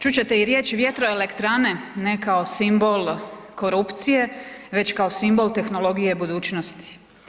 Čut ćete riječi vjeteroelektrane, ne kao simbol korupcije, već kao simbol tehnologije budućnosti.